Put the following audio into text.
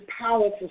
powerful